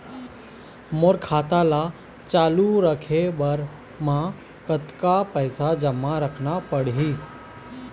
मोर खाता ला चालू रखे बर म कतका पैसा जमा रखना पड़ही?